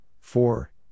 four